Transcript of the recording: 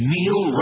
Neil